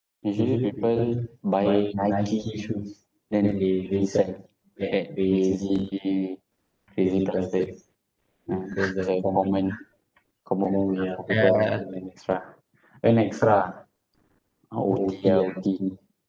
usually people buy nike shoes then they resell like crazy man crazy price tags ah that's the common common way ah to earn extra earn extra ah ah O_T ah O_T